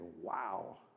wow